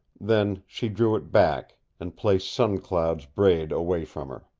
then she drew it back, and placed sun cloud's braid away from her.